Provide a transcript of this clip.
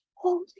holy